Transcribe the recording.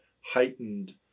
heightened